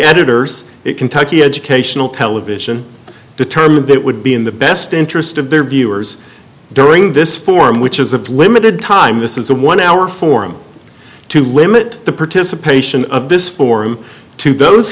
editors kentucky educational television determined that it would be in the best interest of their viewers during this forum which is a limited time this is a one hour forum to limit the participation of this forum to those